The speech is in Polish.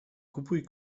kupuj